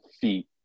feet